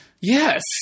Yes